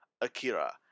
Akira